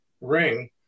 ring